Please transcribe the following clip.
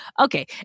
okay